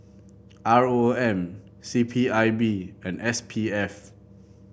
R O M C P I B and S P F